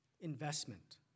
investment